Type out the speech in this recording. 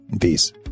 Peace